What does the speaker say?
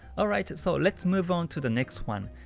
alright, so let's move on to the next one.